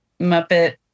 Muppet